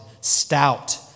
stout